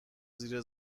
زیر